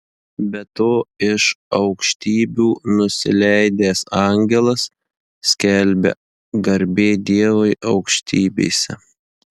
be to iš aukštybių nusileidęs angelas skelbia garbė dievui aukštybėse